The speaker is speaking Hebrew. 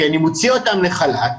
כי אני מוציא אותם לחל"ת,